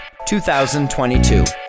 2022